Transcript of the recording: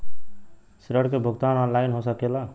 ऋण के भुगतान ऑनलाइन हो सकेला?